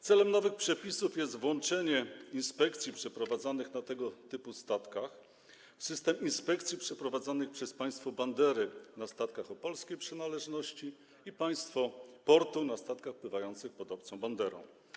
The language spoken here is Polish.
Celem nowych przepisów jest włączenie inspekcji przeprowadzanych na tego typu statkach w system inspekcji przeprowadzanych przez państwo bandery na statkach o polskiej przynależności, a przez państwo portu - na statkach pływających pod obcą banderą.